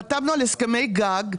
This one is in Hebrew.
חתמנו על הסכמי גג,